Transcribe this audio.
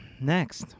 Next